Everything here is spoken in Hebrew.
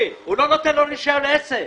הוא לא נותן לו רשיון עסק.